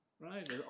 Right